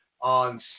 on